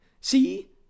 See